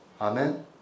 Amen